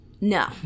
No